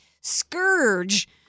scourge